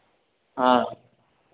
हँ